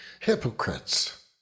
hypocrites